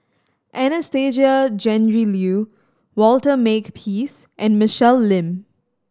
Anastasia Tjendri Liew Walter Makepeace and Michelle Lim